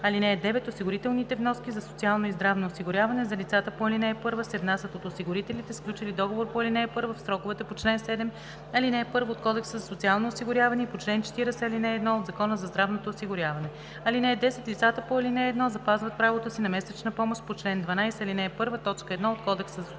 от него. (9) Осигурителните вноски за социално и здравно осигуряване за лицата по ал. 1 се внасят от осигурителите, сключили договор по ал. 1, в сроковете по чл. 7, ал. 1 от Кодекса за социално осигуряване и по чл. 40, ал. 1 от Закона за здравното осигуряване. (10) Лицата по ал. 1 запазват правото си на месечна помощ по чл. 12, ал. 1, т. 1 от Кодекса за социално осигуряване